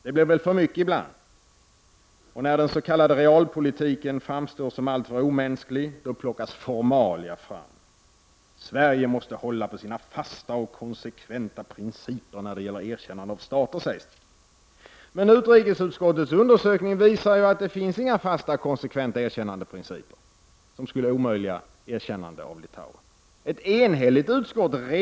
Det blir väl för mycket ibland. När den s.k. realpolitiken framstår som alltför omänsklig plockas formalia fram. Sverige måste hålla på sina fasta och konsekventa principer när det gäller erkännande av stater, sägs det. Men utrikesutskottets undersökning visar att det inte finns några fasta och konsekventa erkännandeprinciper som skulle omöjliggöra ett erkännande av Litauen. Ett enhälligt utskott redogör = Prot.